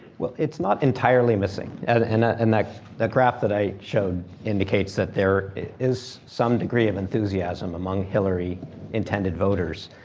well, it's not entirely missing. and and and that that graph that i showed indicates that there is some degree of enthusiasm among hillary intended voters.